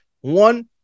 one